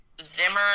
Zimmer